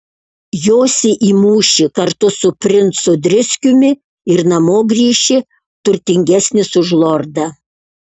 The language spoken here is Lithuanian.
josi į mūšį kartu su princu driskiumi ir namo grįši turtingesnis už lordą